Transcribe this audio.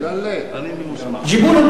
ג'יבּוּ להם